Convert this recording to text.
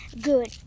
Good